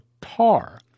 tar